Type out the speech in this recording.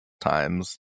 times